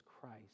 Christ